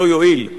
לא יועיל.